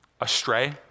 astray